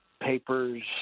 papers